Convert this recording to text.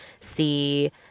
see